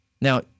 Now